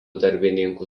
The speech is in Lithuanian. darbininkų